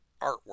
artwork